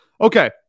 Okay